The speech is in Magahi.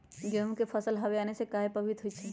गेंहू के फसल हव आने से काहे पभवित होई छई?